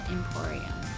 Emporium